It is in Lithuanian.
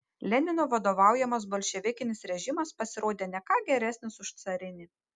lenino vadovaujamas bolševikinis režimas pasirodė ne ką geresnis už carinį